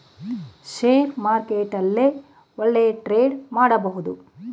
share market ಅಲ್ಲೇ ಒಳ್ಳೆಯ trade ಮಾಡಬಹುದು